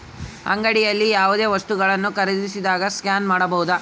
ಅಂಗಡಿಯಲ್ಲಿ ಯಾವುದೇ ವಸ್ತುಗಳನ್ನು ಖರೇದಿಸಿದಾಗ ಸ್ಕ್ಯಾನ್ ಮಾಡಬಹುದಾ?